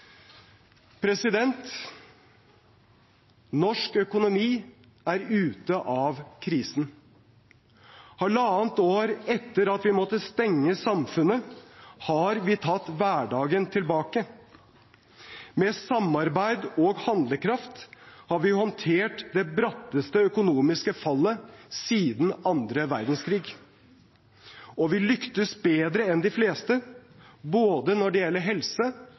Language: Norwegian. Norsk økonomi er ute av krisen. Halvannet år etter at vi måtte stenge samfunnet, har vi tatt hverdagen tilbake. Med samarbeid og handlekraft har vi håndtert det bratteste økonomiske fallet siden andre verdenskrig, og vi lyktes bedre enn de fleste, både når det gjelder helse